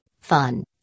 fun